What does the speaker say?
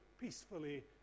peacefully